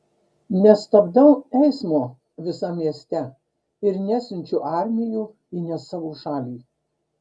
nestabdau eismo visam mieste ir nesiunčiu armijų į ne savo šalį